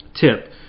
Tip